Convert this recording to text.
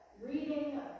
reading